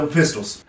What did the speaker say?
pistols